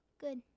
Good